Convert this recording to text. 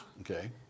Okay